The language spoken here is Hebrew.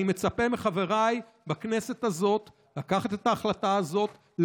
אני מצפה מחבריי בכנסת הזאת לקחת את ההחלטה הזאת,